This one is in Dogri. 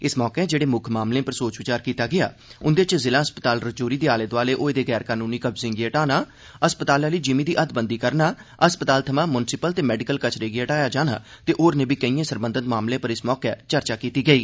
इस मौके जेह्डे मुक्ख मामले पर सोच विचार कीता गेआ उंदे च जिला अस्पताल रजौरी दे आले दोआले होए दे गैर कनूनी कब्जें गी हटाना अस्पताल आह्ली जिमीं दी हदबंदी करना अस्पताल थमां मुंसिपल ते मैडिकल कचरे गी हटाया जाना ते होरनें बी केइएं सरबंधत मामलें पर इस मौके चर्चा कीती गेई